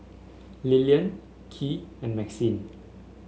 Lilian Kylee and Maxine